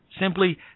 simply